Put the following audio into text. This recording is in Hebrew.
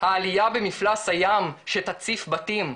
העלייה במפלס הים שתציף בתים,